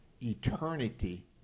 eternity